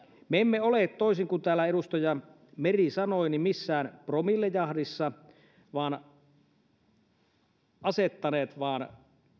me emme ole toisin kuin täällä edustaja meri sanoi missään promillejahdissa vaan olemme asettaneet vain